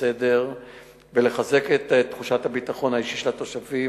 הסדר ולחזק את תחושת הביטחון האישי של התושבים.